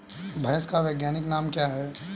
भैंस का वैज्ञानिक नाम क्या है?